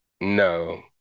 no